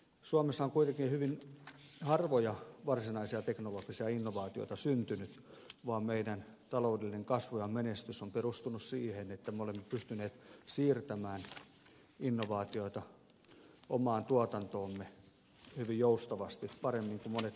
suomessa on kuitenkin hyvin harvoja varsinaisia teknologisia innovaatioita syntynyt ja meidän taloudellinen kasvumme ja menestyksemme on perustunut siihen että me olemme pystyneet siirtämään innovaatioita omaan tuotantoomme hyvin joustavasti paremmin kuin monet muut maat